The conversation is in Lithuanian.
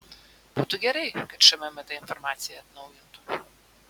būtų gerai kad šmm tą informaciją atnaujintų